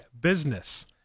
business